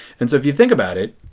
and so if you think about it,